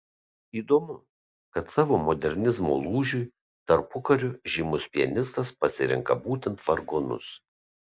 įdomu kad savo modernizmo lūžiui tarpukariu žymus pianistas pasirenka būtent vargonus